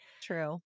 True